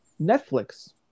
Netflix